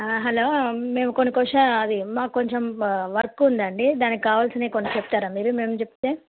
hello మేము కొన్ని కొషా ఆది మాకు కొంచెం వర్క్ ఉందండి దానికి కావాల్సినవి కొన్ని చెప్తారా మీరు మేము చెప్తే